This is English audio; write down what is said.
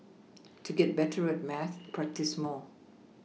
to get better at maths practise more